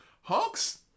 Hawk's